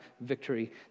victory